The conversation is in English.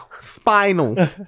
spinal